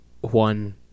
one